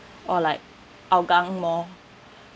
or like Hougang mall